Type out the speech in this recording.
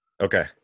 Okay